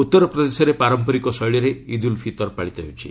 ଉତ୍ତର ପ୍ରଦେଶରେ ପାରମ୍ପରିକ ଶୈଳୀରେ ଇଦ୍ ଉଲ୍ ଫିତର୍ ପାଳିତ ହେଉଛି